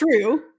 true